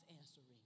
answering